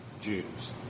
Jews